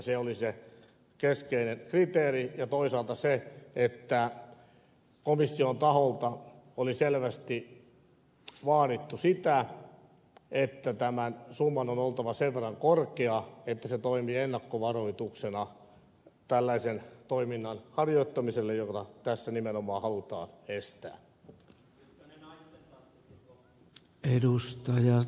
se oli se keskeinen kriteeri ja toisaalta se että komission taholta oli selvästi vaadittu sitä että tämän summan on oltava sen verran korkea että se toimii ennakkovaroituksena tällaisen toiminnan harjoittamiselle jota tässä nimenomaan halutaan estää